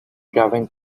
driving